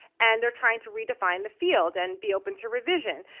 and they're trying to redefine the field and be open to revision.